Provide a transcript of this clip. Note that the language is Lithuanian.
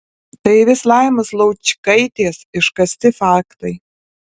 tai vis laimos laučkaitės iškasti faktai